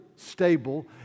stable